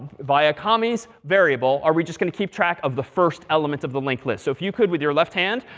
via variable are we just going to keep track of the first element of the linked list. so if you could, with your left hand,